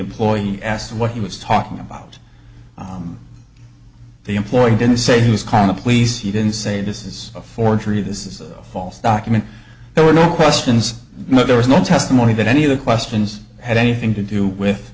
employee asked what he was talking about the employee didn't say who's calling the police he didn't say this is a forgery this is a false document there were no questions there was no testimony that any of the questions had anything to do with